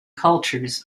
cultures